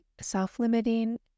self-limiting